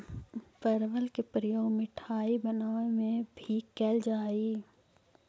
परवल के प्रयोग मिठाई बनावे में भी कैल जा हइ